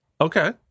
Okay